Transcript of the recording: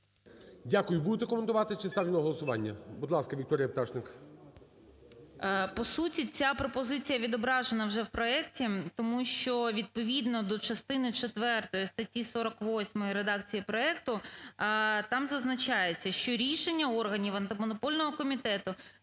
Дякую. Будете коментувати чи ставлю на голосування? Будь ласка, Вікторія Пташник. 13:56:16 ПТАШНИК В.Ю. По суті, ця пропозиція відображена вже в проекті, тому що, відповідно до частини четвертої статті 48 редакції проекту, там зазначається, що рішення органів антимонопольного комітету